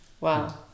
Wow